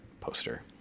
poster